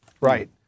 Right